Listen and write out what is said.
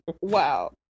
Wow